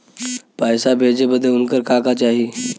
पैसा भेजे बदे उनकर का का चाही?